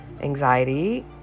anxiety